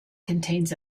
contains